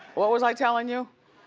what was i telling you?